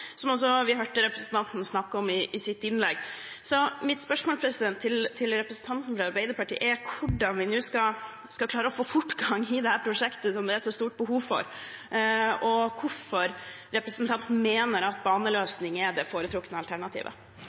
vi også hørte representanten snakke om i sitt innlegg. Mitt spørsmål til representanten fra Arbeiderpartiet er hvordan vi nå skal klare å få fortgang i dette prosjektet som det er så stort behov for, og hvorfor representanten mener at baneløsning er det foretrukne alternativet.